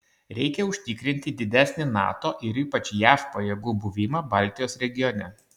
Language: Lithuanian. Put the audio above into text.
reikia užtikrinti didesnį nato ir ypač jav pajėgų buvimą baltijos regione